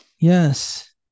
yes